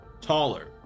taller